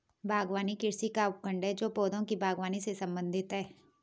बागवानी कृषि का उपखंड है जो पौधों की बागवानी से संबंधित है